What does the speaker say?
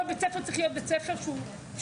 כל בית ספר צריך להיות בית ספר שהוא מכיל,